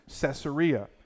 Caesarea